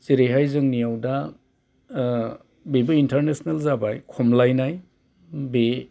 जेरैहाय जोंनियाव दा बेबो इन्तारनेसनेल जाबाय खमलायनाय बे